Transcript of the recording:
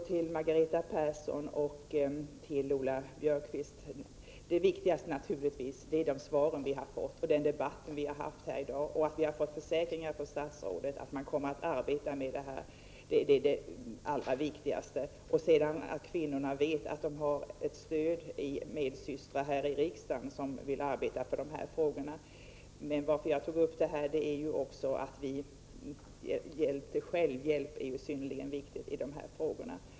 Till Margareta Persson och Lola Björkquist vill jag säga att det viktigaste naturligtvis är de svar vi har fått och den debatt vi har haft här i dag. Vi har från statsrådet fått försäkringar om att man kommer att arbeta med frågan. Det är det allra viktigaste liksom det faktum att dessa kvinnor vet att de har stöd från medsystrar här i riksdagen som vill arbeta för de här frågorna. Men hjälp till självhjälp är ju också synnerligen viktigt i de här frågorna.